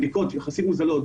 בדיקות יחסית מוזלות,